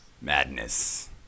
Madness